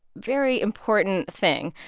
very important thing.